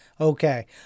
Okay